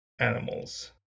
animals